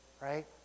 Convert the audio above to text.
right